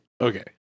Okay